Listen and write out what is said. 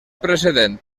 precedent